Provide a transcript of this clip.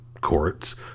courts